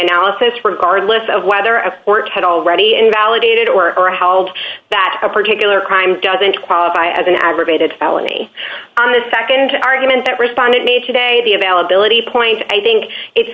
analysis regardless of whether a court had already invalidated or or howled that a particular crime doesn't qualify as an aggravated felony on the nd argument that respondent made today the availability point i think it's